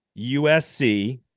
USC